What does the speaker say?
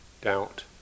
doubt